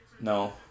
No